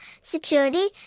security